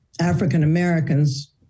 African-Americans